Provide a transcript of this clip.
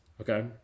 Okay